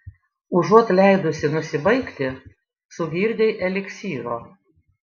užuot leidusi nusibaigti sugirdei eliksyro